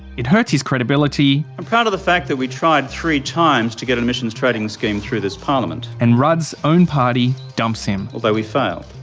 it hurts his credibility. i'm proud of the fact that we tried three times to get an emissions trading scheme through this parliament. and rudd's own party dumps him. although we failed.